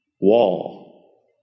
wall